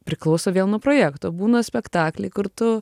priklauso vėl nuo projekto būna spektakliai kur tu